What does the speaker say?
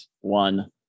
one